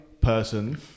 person